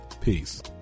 Peace